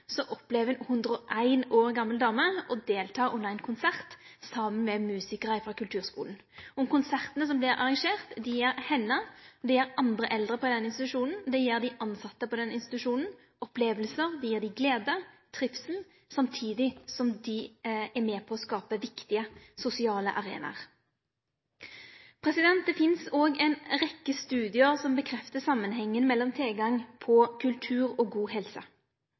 opplever ein 101 år gamal dame å delta under ein konsert saman med musikarar frå kulturskolen. Konsertane som vert arrrangerte, gir ho, andre eldre og tilsette på den institusjonen opplevingar, glede, trivsel, samtidig som dei er med på å skape viktige sosiale arenaer. Det finst òg ei rekkje studiar som bekrefter samanhengen mellom tilgang på kultur og god helse.